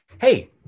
Hey